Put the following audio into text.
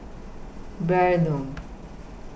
Bear noon